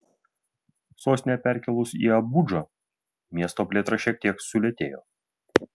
sostinę perkėlus į abudžą miesto plėtra šiek tiek sulėtėjo